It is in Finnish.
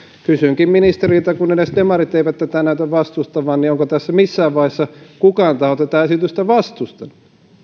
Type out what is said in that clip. kysynkin ministeriltä kun edes demarit eivät tätä näytä vastustavan onko missään vaiheessa kukaan taho tätä esitystä vastustanut